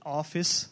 office